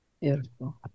Beautiful